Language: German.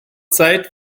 zeit